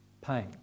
pain